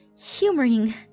humoring